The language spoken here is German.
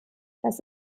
das